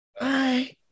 Bye